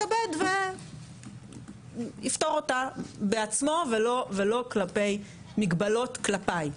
יתכבד ויפתור אותה בעצמו ולא כלפי מגבלות כלפיי.